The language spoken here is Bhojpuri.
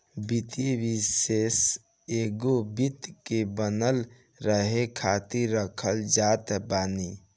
वित्तीय विषेशज्ञ एगो वित्त के बनल रहे खातिर रखल जात बाने